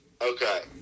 Okay